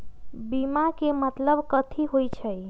बीमा के मतलब कथी होई छई?